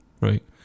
right